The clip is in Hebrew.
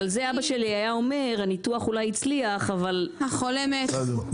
דרך אגב על זה אבא שלי היה אומר הניתוח אולי הצליח אבל --- החולה מת.